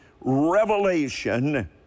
revelation